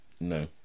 No